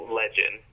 legend